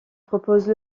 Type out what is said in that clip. propose